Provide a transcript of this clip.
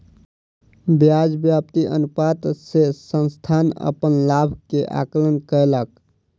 ब्याज व्याप्ति अनुपात से संस्थान अपन लाभ के आंकलन कयलक